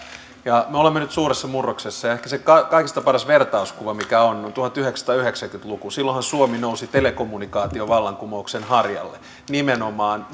me olemme nyt suuressa murroksessa ja ehkä se kaikista paras vertauskuva mikä on on tuhatyhdeksänsataayhdeksänkymmentä luku silloinhan suomi nousi telekommunikaatiovallankumouksen harjalle nimenomaan